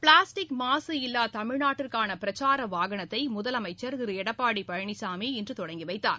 plastic மாசு இல்லா தமிழ்நாட்டிற்கான பிரச்சார வாகனத்தை முதலமைச்சர் திரு எடப்பாடி பழனிசாமி இன்று தொடங்கி வைத்தார்